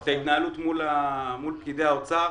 את ההתנהלות מול פקידי האוצר,